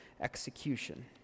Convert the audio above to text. execution